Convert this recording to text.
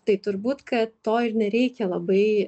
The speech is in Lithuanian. tai turbūt kad to ir nereikia labai